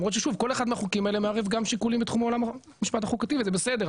כל אחד מהחוקים מערב גם שיקולים מתחום עולם המשפט החוקתי וזה בסדר.